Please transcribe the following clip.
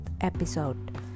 episode